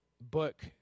book